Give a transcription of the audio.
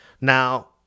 Now